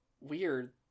weird